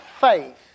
faith